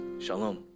Shalom